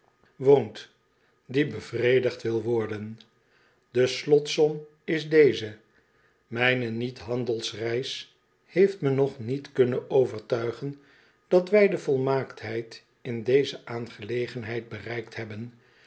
die bevredigd wil worden de slotom is deze mijne niet handelsreis heeft me nog niet kunnen overtuigen dat wij de volmaaktheid in deze aangelegenheid bereikt hebben